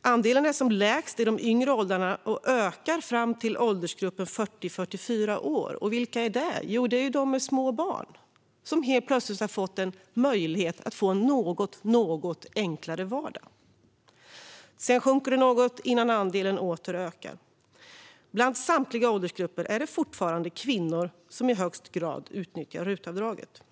Andelen är som lägst i de yngre åldrarna och ökar fram till åldersgruppen 40-44 år. Och vilka är det? Jo, det är de med små barn, som helt plötsligt har fått en möjlighet till en något enklare vardag. Sedan sjunker andelen något innan den åter ökar. Bland samtliga åldersgrupper är det fortfarande kvinnor som i högst grad utnyttjar RUT-avdraget.